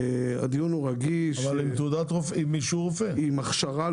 אבל עם אישור רופא, עם רצפט.